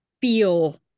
feel